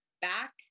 back